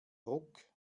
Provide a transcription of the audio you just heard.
ruck